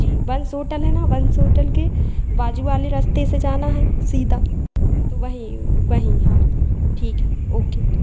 जी Vansh hotel है ना Vansh hotel के बाजू वाले रास्ते से जाना है सीधा तो वहीं वहीं हाँ ठीक है ओ के